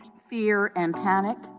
fear and panic?